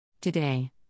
Today